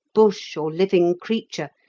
bush, or living creature,